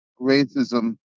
racism